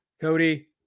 Cody